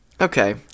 Okay